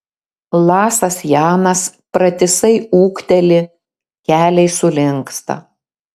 lasas janas pratisai ūkteli keliai sulinksta